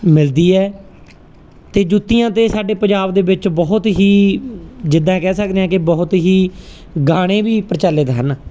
ਮਿਲਦੀ ਹੈ ਤੇ ਜੁੱਤੀਆਂ ਤੇ ਸਾਡੇ ਪੰਜਾਬ ਦੇ ਵਿੱਚ ਬਹੁਤ ਹੀ ਜਿੱਦਾਂ ਕਹਿ ਸਕਦੇ ਆ ਕਿ ਬਹੁਤ ਹੀ ਗਾਣੇ ਵੀ ਪ੍ਰਚਲਿਤ ਹਨ